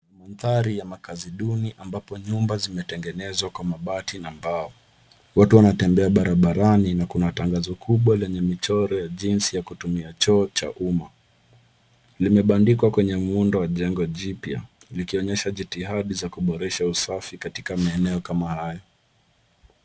Mandhari ya makaazi duni ambapo nyumba zimetengenezwa kwa mabati na mbao. Watu wanatembea barabarani na kuna tangazo kubwa lenye michoro ya jinsi ya kutumia choo cha umma, limebadikwa kwenye muundo wa jengo jipya likionyesha jitihada za kuboresha usafi katika maeneo kama hayo.